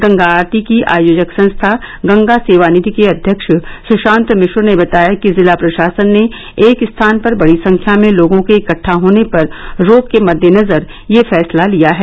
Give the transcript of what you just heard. गंगा आरती की आयोजक संस्था गंगा सेवा निधि के अध्यक्ष सुशांत मिश्र ने बताया कि जिला प्रशासन ने एक स्थान पर बड़ी संख्या में लोगों के इकट्ठा होने पर रोक के मद्देनजर यह फैंसला लिया है